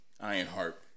ironheart